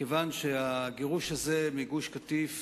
כיוון שהגירוש הזה מגוש-קטיף